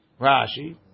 Rashi